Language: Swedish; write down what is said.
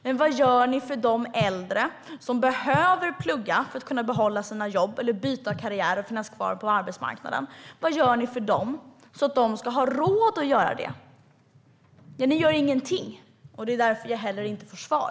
Men vad gör ni för de äldre som behöver plugga för att kunna behålla sina jobb eller byta karriär och finnas kvar på arbetsmarknaden? Vad gör ni för dem så att de ska ha råd att göra det? Ni gör ingenting, och det är därför jag inte får svar.